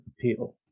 appeal